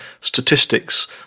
statistics